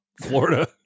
Florida